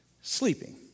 sleeping